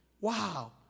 Wow